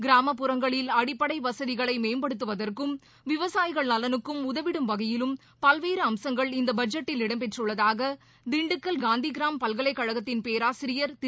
கிராமப்புறங்களில் அடிப்படை வசதிகளை மேம்படுத்துவதற்கும் விவசாயிகள் நலனுக்கும் உதவிடும் வகையிலும் பல்வேறு அம்சங்கள் இந்த பட்ஜெட்டில் இடம் பெற்றுள்ளதாக திண்டுக்கல் காந்திகிராம் பல்கலைக்கழகத்தின் பேராசிரியர் திரு